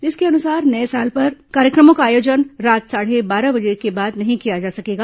इसके अनुसार नये साल पर कार्यक्रमों का आयोजन रात साढ़े बारह बजे के बाद नहीं किया जा सकेगा